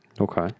Okay